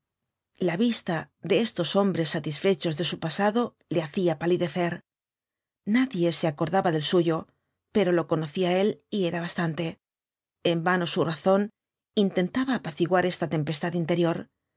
la vista de estos hombres satisfechos de su pasado le hacía palidecer nadie se acordaba del suyo pero lo conocía él y era bastante en vano su razón intentaba apaciguar esta tempestad interior